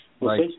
Right